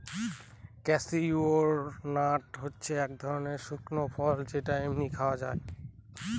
cashew nut হচ্ছে এক ধরনের শুকনো ফল যেটা এমনি খাওয়া যায়